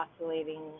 Oscillating